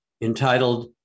entitled